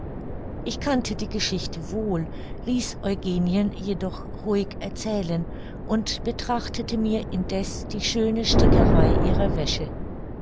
ich kannte die geschichte wohl ließ eugenien jedoch ruhig erzählen und betrachtete mir indeß die schöne stickerei ihrer wäsche